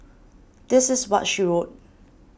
this is what she wrote